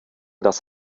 das